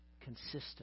consistent